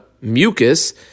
mucus